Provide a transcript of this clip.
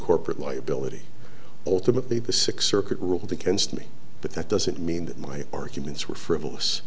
corporate liability ultimately the six circuit ruled against me but that doesn't mean that my arguments were frivolous